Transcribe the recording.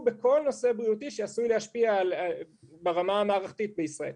בכל נושא בריאותי שעשוי להשפיע ברמה המערכתית בישראל.